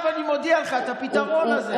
עכשיו אני מודיע לך על הפתרון הזה.